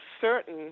certain